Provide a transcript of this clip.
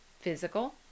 physical